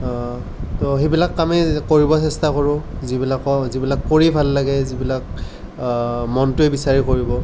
তো সেইবিলাক কামেই কৰিব চেষ্টা কৰোঁ যিবিলাকক যিবিলাক কৰি ভাল লাগে যিবিলাক মনটোৱে বিচাৰে কৰিব